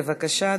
בבקשה,